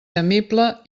temible